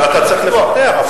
צריך לפתח.